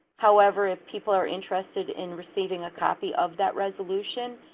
however, if people are interested in receiving a copy of that resolution,